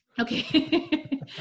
Okay